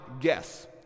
guess